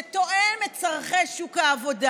שתואם את צורכי שוק העבודה.